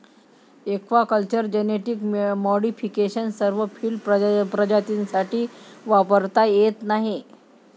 aquaculture genetic modification सर्व field प्रजातींसाठी वापरता येत नाही